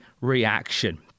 reaction